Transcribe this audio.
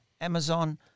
Amazon